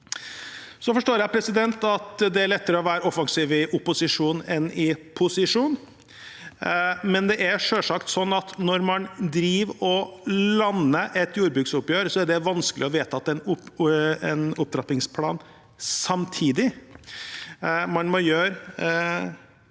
Jeg forstår at det er lettere å være offensiv i opposisjon enn i posisjon, men det er selvsagt sånn at når man driver og lander et jordbruksoppgjør, er det vanskelig å vedta en opptrappingsplan samtidig. Man må gjøre